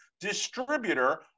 distributor